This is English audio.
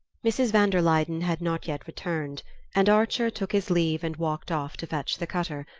mrs. van der luyden had not yet returned and archer took his leave and walked off to fetch the cutter,